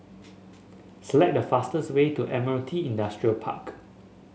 select the fastest way to Admiralty Industrial Park